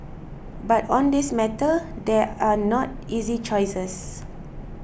but on this matter there are not easy choices